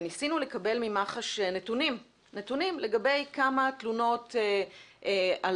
וניסינו לקבל ממח"ש נתונים לגבי כמה תלונות על